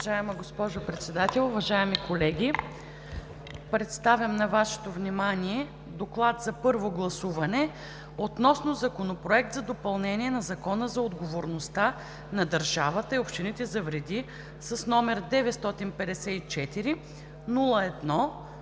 Уважаема госпожо Председател, уважаеми колеги! Представям на Вашето внимание „ДОКЛАД на първо гласуване относно Законопроект за допълнение на Закона за отговорността на държавата и общините за вреди, № 954-01-22,